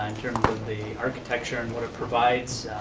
the architecture and what it provides,